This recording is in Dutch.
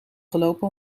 gelopen